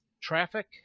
Traffic